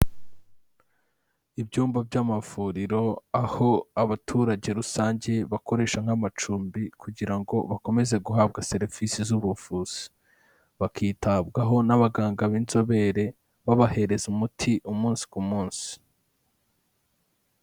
Ibyumba by'amavuriro aho abaturage rusange bakoresha nk'amacumbi kugira ngo bakomeze guhabwa serivisi z'ubuvuzi. Bakitabwaho n'abaganga b'inzobere, babahereza umuti umunsi ku munsi.